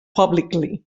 publicly